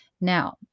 Now